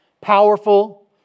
Powerful